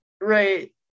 Right